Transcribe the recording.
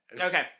Okay